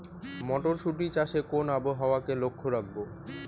মটরশুটি চাষে কোন আবহাওয়াকে লক্ষ্য রাখবো?